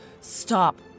Stop